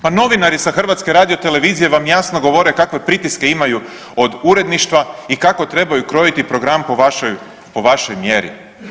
Pa novinari sa HRT-a vam jasno kakve pritiske imaju od uredništva i kako trebaju krojiti program po vašoj mjeri.